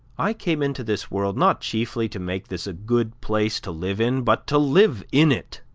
i came into this world, not chiefly to make this a good place to live in, but to live in it,